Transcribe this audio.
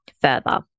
further